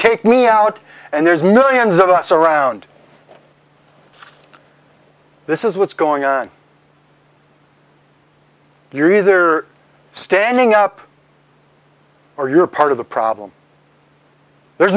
take me out and there's millions of us around this is what's going on you're either standing up or you're part of the problem there's